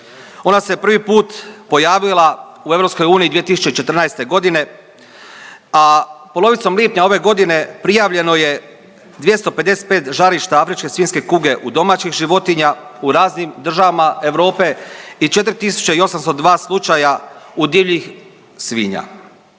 Ona se prvi put pojavila u EU 2014. godine, a polovicom lipnja ove godine prijavljeno je 255 žarišta afričke svinjske kuge u domaćih životinja u raznim državama Europe i 4.802 slučaja u divljih svinja.